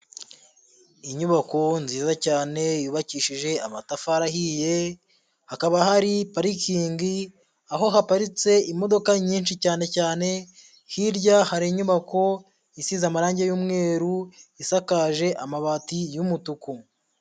Inyubako nziza cyane yubakishije amatafari ahiye, hakaba hari parikingi, aho haparitse imodoka nyinshi cyane cyane, hirya hari inyubako isize amarangi y'umweru, isakaje amabati y'umutuku.